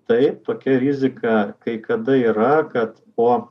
tai tokia rizika kai kada yra kad po